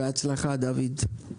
בהצלחה, דוד.